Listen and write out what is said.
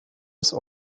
des